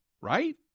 Right